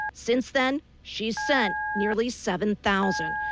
since then she has sent nearly seven thousand.